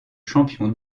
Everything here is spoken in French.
champion